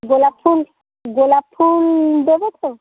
গোলাপ ফুল গোলাপ ফুল দেবেন তো